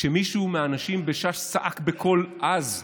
שמישהו מהאנשים בש"ס צעק בקול עז: